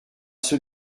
ceux